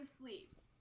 sleeves